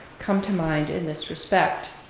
come to mind in this respect.